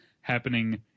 happening